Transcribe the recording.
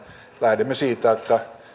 lähdemme siitä että